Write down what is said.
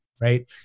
right